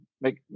make